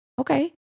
okay